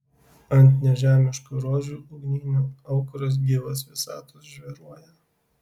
ant nežemiškų rožių ugninių aukuras gyvas visatos žėruoja